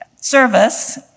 service